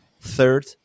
Third